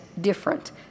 different